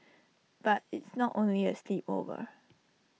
but it's not only A sleepover